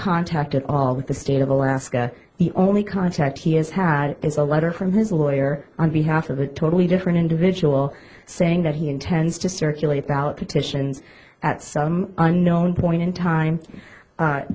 contact at all with the state of alaska the only contact he has had is a letter from his lawyer on behalf of a totally different individual saying that he intends to circulate about petitions at some unknown point in time a